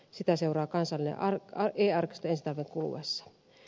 sitä seuraa kansallinen e arkisto ensi talven kuluessa